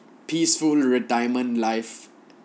peaceful retirement life